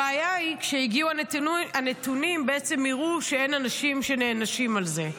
הבעיה היא שכשהגיעו הנתונים הם בעצם הראו שאין אנשים שנענשים על זה.